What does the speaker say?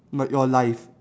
like your life